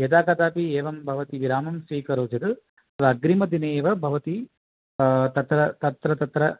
यदा कदापि एवं भवती विरामं स्वीकरोति चेत् तदग्रिमदिने एव भवती तत्र तत्र तत्र